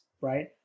right